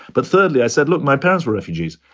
but thirdly, i said, look, my parents were refugees.